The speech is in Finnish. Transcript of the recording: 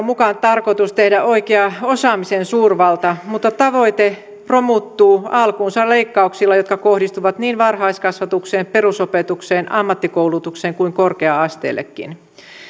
mukaan tarkoitus tehdä oikea osaamisen suurvalta mutta tavoite romuttuu alkuunsa leikkauksilla jotka kohdistuvat niin varhaiskasvatukseen perusopetukseen ammattikoulutukseen kuin korkea asteellekin